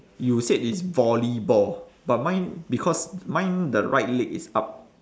you said it's volleyball but mine because mine the right leg is up